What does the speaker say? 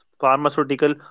pharmaceutical